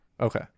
Okay